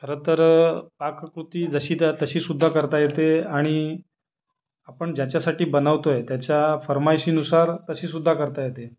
खरंतर पाककृती जशीच्या तशीसुद्धा करता येते आणि आपण ज्याच्यासाठी बनवतो आहे त्याच्या फर्माईशीनुसार तशीसुद्धा करता येते